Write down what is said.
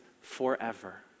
forever